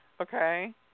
Okay